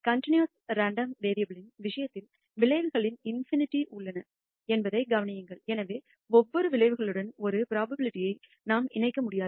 continuous random variable விஷயத்தில் விளைவுகளின் ∞ உள்ளன என்பதைக் கவனியுங்கள் எனவே ஒவ்வொரு விளைவுகளுடனும் ஒரு புரோபாபிலிடிஐ நாம் இணைக்க முடியாது